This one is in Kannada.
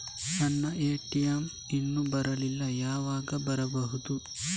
ನನ್ನ ಎ.ಟಿ.ಎಂ ಇನ್ನು ಬರಲಿಲ್ಲ, ಯಾವಾಗ ಬರಬಹುದು?